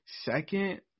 second